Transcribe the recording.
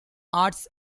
arts